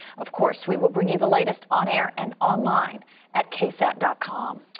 of course we will bring you the latest on air and online at ksat dot com.